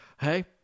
hey